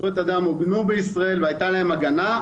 זכויות אדם עוגנו בישראל והיית להם הגנה,